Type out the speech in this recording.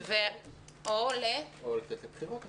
או לצאת לבחירות עכשיו.